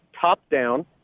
top-down